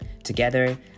Together